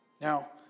Now